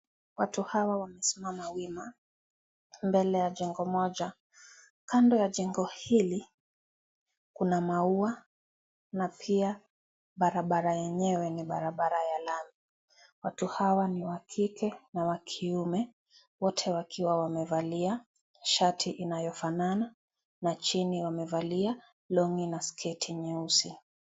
Watu hawa wamesimama wima mbele ya jengo moja. Kando ya jengo hili, kuna maua na pia barabara yenyewe ni barabara ya lami. Watu hawa ni wa kike na wa kiume, wote wakiwa wamevalia shati inayofanana na chini wamevalia longi na sketi nyeusi.